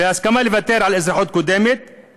והסכמה לוותר על אזרחות קודמת,